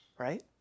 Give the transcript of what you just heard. right